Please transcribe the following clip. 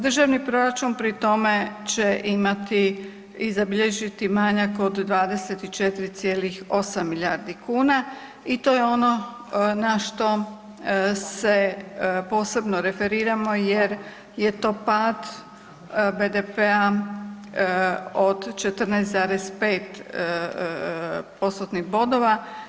Državni proračun pri tome će imati i zabilježiti manjak od 24,8 milijardi kuna i to je ono na što se posebno referiramo jer je to pad BDP-a od 14,5%-tnih bodova.